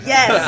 Yes